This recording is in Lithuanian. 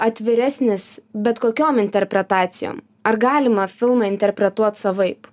atviresnis bet kokiom interpretacijom ar galima filmą interpretuot savaip